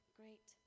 great